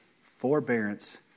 forbearance